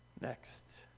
Next